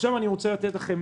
עכשיו אני רוצה לתת לכם